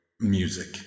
music